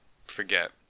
forget